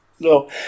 No